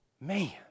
Man